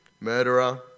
Murderer